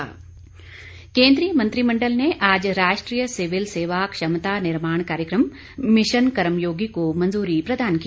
cabinet फैसले केंद्रीय मंत्रिमंडल ने आज राष्ट्रीय सिविल सेवा क्षमता निर्माण कार्यक्रम मिशन कर्मयोगी को मंजूरी प्रदान की